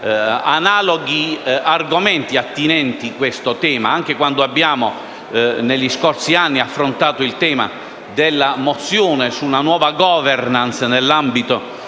analoghi argomenti attinenti il tema, anche quando abbiamo, negli scorsi anni, affrontato una mozione su una nuova *governance* nell'ambito